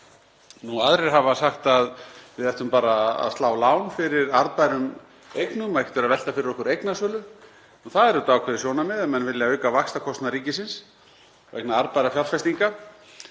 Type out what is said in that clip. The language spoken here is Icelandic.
Aðrir hafa sagt að við ættum bara að slá lán fyrir arðbærum eignum og ekkert að vera að velta fyrir okkur eignasölu. Það er ákveðið sjónarmið ef menn vilja auka vaxtakostnað ríkisins vegna arðbærra fjárfestinga.